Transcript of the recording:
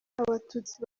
abatutsi